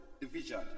division